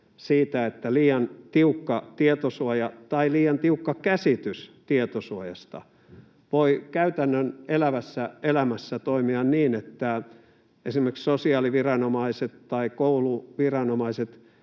että liian tiukka tietosuoja tai liian tiukka käsitys tietosuojasta voi käytännön elävässä elämässä toimia niin, että esimerkiksi sosiaaliviranomaiset tai kouluviranomaiset